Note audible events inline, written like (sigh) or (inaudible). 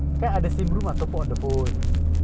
one minute of silence untuk sarabanan (laughs)